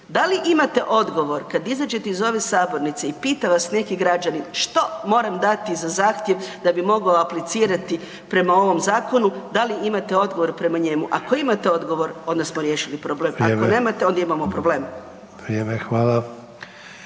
da li imate odgovor kad izađete iz ove sabornice i pita vas neki građanin što moram dati za zahtjev da bi mogao aplicirati prema ovom zakonu, da li imate odgovore prema njemu. Ako imate odgovor, onda smo riješili problem, ako nemate, onda imamo problem.